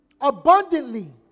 abundantly